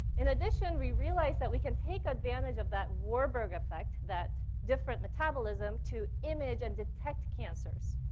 in addition, we realized that we can take advantage of that warburg effect, that different metabolism, to image and detect cancers.